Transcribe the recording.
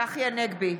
צחי הנגבי,